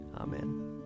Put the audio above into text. Amen